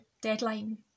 deadline